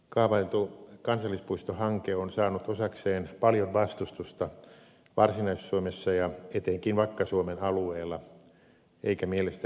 kaavailtu kansallispuistohanke on saanut osakseen paljon vastustusta varsinais suomessa ja etenkin vakka suomen alueella eikä mielestäni suotta